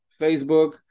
Facebook